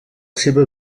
seva